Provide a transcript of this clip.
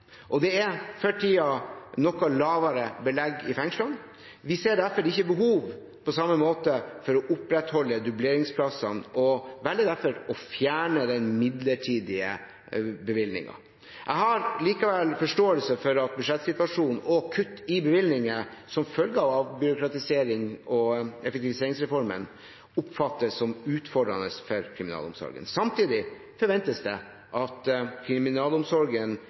og det er for tiden noe lavere belegg i fengslene. Vi ser derfor ikke på samme måte behov for å opprettholde dubleringsplassene og velger derfor å fjerne den midlertidige bevilgningen. Jeg har likevel forståelse for at budsjettsituasjonen og kutt i bevilgninger som følge av avbyråkratiserings- og effektiviseringsreformen oppfattes som utfordrende for kriminalomsorgen. Samtidig forventes det at kriminalomsorgen